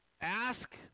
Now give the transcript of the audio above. Ask